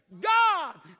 God